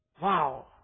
wow